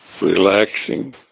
relaxing